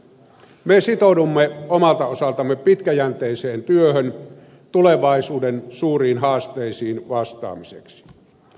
me sitoudumme omalta osaltamme pitkäjänteiseen työhön tulevaisuuden suuriin haasteisiin vastaamiseksi